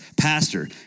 pastor